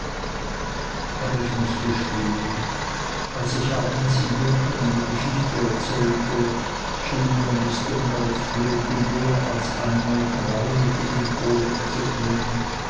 aber ich muß gestehen als ich abends im dunkeln eine geschichte erzählte schien mir mr mells flöte mehr als einmal traurig in den ohren zu klingen